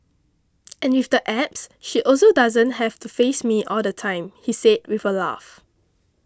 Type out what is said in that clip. and with the apps she also doesn't have to face me all the time he said with a laugh